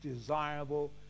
desirable